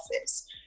office